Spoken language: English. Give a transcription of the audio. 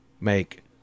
make